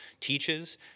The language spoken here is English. teaches